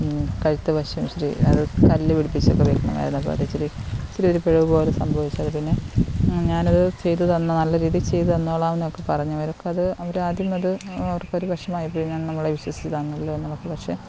കഴുത്തുവശം ഇച്ചിരി അത് കല്ല് പിടിപ്പിച്ചൊക്കെ വെക്കണമായിരുന്നു അത് ഇച്ചിരി ഇച്ചിരിയൊരു പിഴവ് പോലെ സംഭവിച്ചു അത് പിന്നെ ഞാനത് ചെയ്ത് തന്നത് നല്ല രീതി ചെയ്തുതന്നോളന്നൊക്കെ പറഞ്ഞു അവർക്കത് അവർ ആദ്യമത് അവർക്കൊരു വിഷമമായിപ്പോയി ഞാൻ നിങ്ങളെ വിശ്വസിച്ചു തന്നല്ലോന്നവർക്ക് പക്ഷേ